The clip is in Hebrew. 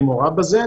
אני מעורב בזה,